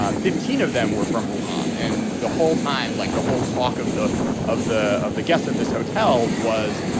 ah fifteen of them were from rouhani and the whole time, like the whole talk of the of the of the guests at this hotel was,